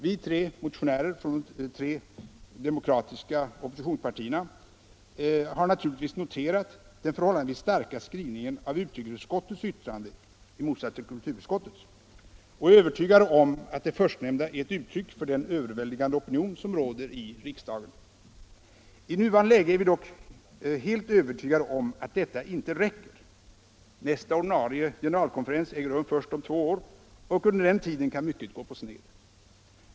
Vi tre motionärer från de tre demokratiska oppositionspartierna har naturligtvis noterat den förhållandevis starka skrivningen i utrikesutskottets yttrande — i motsats till kulturutskottets — och är övertygade om att det förstnämnda är ett uttryck för den överväldigande opinion som råder i riksdagen. I nuvarande läge är vi dock helt övertygade om att detta inte räcker. Nästa ordinarie generalkonferens äger rum först om två år, och under den tiden kan mycket gå på sned.